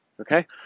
okay